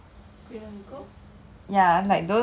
more like pancake bah that time 我的